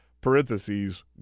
parentheses